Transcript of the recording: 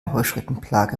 heuschreckenplage